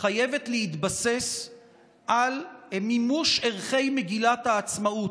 חייב להתבסס על מימוש ערכי מגילת העצמאות,